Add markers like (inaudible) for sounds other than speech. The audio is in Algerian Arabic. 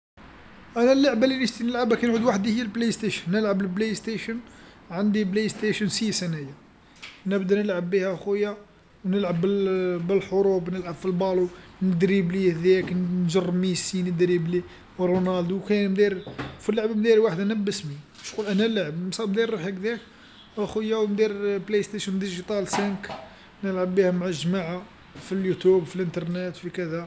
أنا اللعبه اللي نشتي نلعبها كي نعود وحدي هي البلايستيشن نلعب البلايستيشن، عندي بلايستيشن ستة انايا، نبدا نلعب بها آخويا، ونلعب بال- (hesitation) بالحروب نلعب في الكرة ندريبليه ذاك نجرب ميسي ندريبلي، رونالدو كاين داير في اللعبه مداير وحد أنا باسمي، كيشغل أنا لاعب مصدي روحي هكدا آخويا ومداير بلايستيشن رقمي خمسة نلعب بها مع الجماعه في اليوتوب في الانترنيت في كذا.